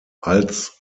als